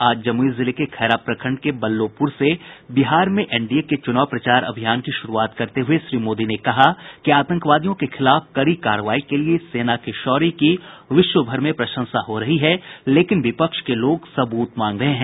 आज जमुई जिले के खैरा प्रखंड के बल्लोपुर से बिहार में एनडीए के चूनाव प्रचार अभियान की शुरुआत करते हुए श्री मोदी ने कहा कि आतंकवादियों के खिलाफ कड़ी कार्रवाई के लिए सेना के शौर्य की विश्व भर में प्रशंसा हो रही है लेकिन विपक्ष के लोग सब्रत मांग रहे हैं